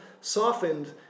softened